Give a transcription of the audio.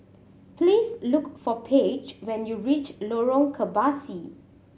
please look for Paige when you reach Lorong Kebasi